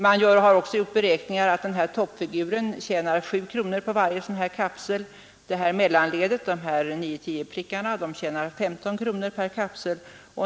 Toppfiguren — ledaren — beräknas förtjäna 7 kronor på varje kapsel. Mellanledet — grossisterna — tjänar 1S kronor per kapsel.